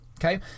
Okay